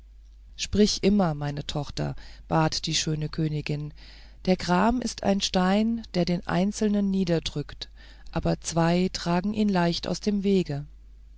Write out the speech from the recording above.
sprich immer meine tochter bat die schöne königin der gram ist ein stein der den einzelnen niederdrückt aber zwei tragen ihn leicht aus dem wege